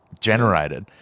generated